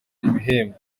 ibihembo